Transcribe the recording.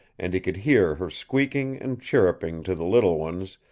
and he could hear her squeaking and chirruping to the little ones,